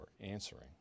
answering